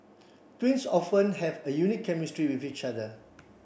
twins often have a unique chemistry with each other